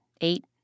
eight